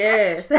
Yes